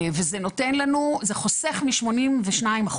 זה חוסך מ-82%,